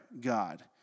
God